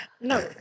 No